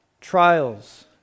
trials